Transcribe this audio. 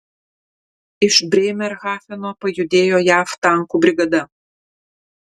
iš brėmerhafeno pajudėjo jav tankų brigada